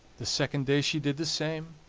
the second day she did the same,